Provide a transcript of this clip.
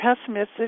pessimistic